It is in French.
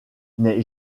n’est